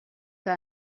que